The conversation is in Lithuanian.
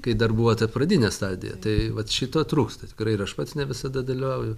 kai dar buvo ta pradinė stadija tai vat šito trūksta tikrai ir aš pats ne visada dalyvauju